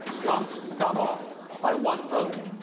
johnson got off by one vote.